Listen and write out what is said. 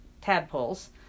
tadpoles